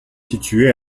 situé